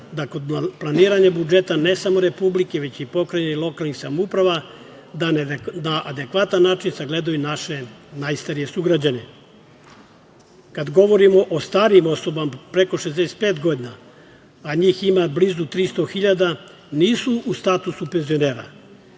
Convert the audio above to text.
da kod planiranja budžeta, ne samo Republike, već i pokrajine i lokalnih samouprava, da na adekvatan način sagledaju naše najstarije sugrađane. Kada govorimo o starijim osobama preko 65 godina, a njih ima blizu 300.000 nisu u statusu penzionera.